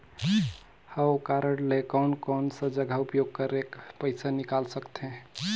हव कारड ले कोन कोन सा जगह उपयोग करेके पइसा निकाल सकथे?